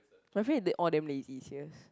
my friend they all damn lazy serious